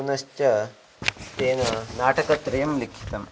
पुनश्च तेन नाटकत्रयं लिखितम्